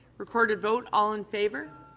recorded vote. all in favor.